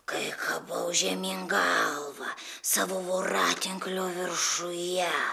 kai kabau žemyn galva savo voratinklio viršuje